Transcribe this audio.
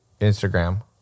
Instagram